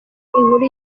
inkuru